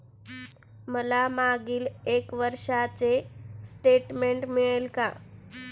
मला मागील एक वर्षाचे स्टेटमेंट मिळेल का?